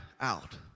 out